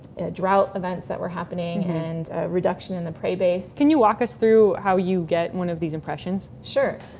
drought events that were happening and reduction in the prey base can you walk us through how you get one of these impressions? sure.